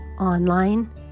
online